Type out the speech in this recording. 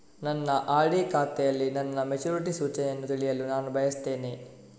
ನನ್ನ ಆರ್.ಡಿ ಖಾತೆಯಲ್ಲಿ ನನ್ನ ಮೆಚುರಿಟಿ ಸೂಚನೆಯನ್ನು ತಿಳಿಯಲು ನಾನು ಬಯಸ್ತೆನೆ